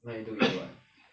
what you do is what